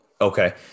Okay